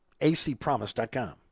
ACpromise.com